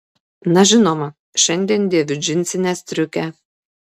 na žinoma šiandien dėviu džinsinę striukę